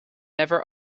never